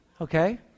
okay